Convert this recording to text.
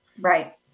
Right